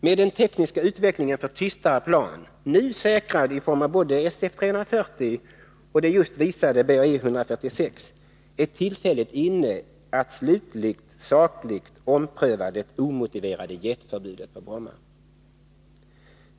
Med den tekniska utvecklingen för tystare plan, nu säkrad i form av både SF 340 och det just visade BAe 146, är tillfället inne att slutligt sakligt ompröva det omotiverade jetförbudet på Bromma.